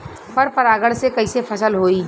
पर परागण से कईसे फसल होई?